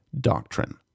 doctrine